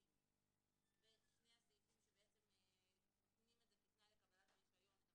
העונשין ושני הסעיפים שבעצם נותנים את זה כתנאי לקבלת הרישיון,